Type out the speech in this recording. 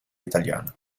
italiana